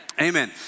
Amen